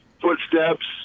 footsteps